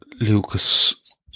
Lucas